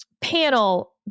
panel